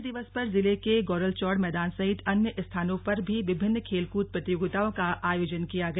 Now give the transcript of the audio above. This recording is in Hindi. खेल दिवस पर जिले के गोरलचौड़ मैदान सहित अन्य स्थानों पर भी विभिन्न खेलकूद प्रतियोगिता का आयोजन किया गया